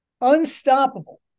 Unstoppable